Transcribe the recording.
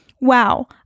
Wow